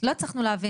לא הצלחנו להבין.